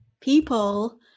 people